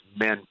men